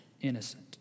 Innocent